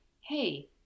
hey